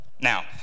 Now